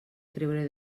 creure